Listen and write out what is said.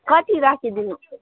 कति राखिदिनु